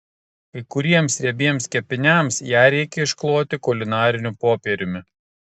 kai kuriems riebiems kepiniams ją reikia iškloti kulinariniu popieriumi